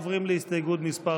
עוברים להסתייגות מס'